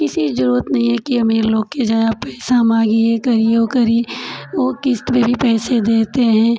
किसी की जरूरत नहीं है कि अमीर लोग के जाऍं आप पैसा मांगिए ये करिए वो करिए वो किस्त पे भी पैसे देते हैं